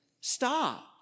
stop